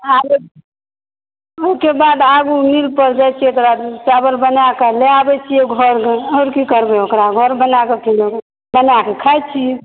एहूके बाद मिल पर जाइ छियै चावल बनाके लए आबै छियै घरमे आओर की करबै ओकरा घरवलासभ बनाके खाइ छियै